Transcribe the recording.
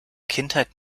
kindheit